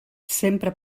sempre